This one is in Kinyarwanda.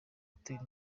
gutera